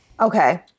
Okay